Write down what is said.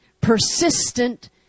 persistent